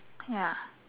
ya